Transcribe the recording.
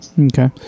Okay